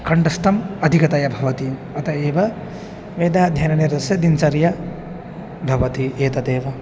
कण्ठस्थं अधिकतया भवति अत एव वेदाध्ययननिरतस्य दिनचर्या भवति एतदेव